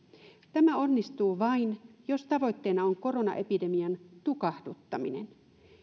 tämä onnistuu vain jos tavoitteena on koronaepidemian tukahduttaminen